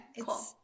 cool